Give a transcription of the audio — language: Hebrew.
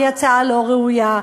היא הצעה לא ראויה,